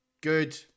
good